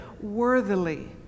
worthily